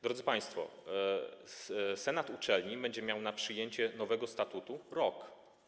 Drodzy państwo, senat uczelni będzie miał rok na przyjęcie nowego statutu - rok.